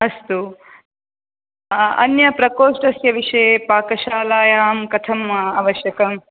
अस्तु अन्यप्रकोष्ठस्य विषये पाकशालायां कथम् आवश्यकम्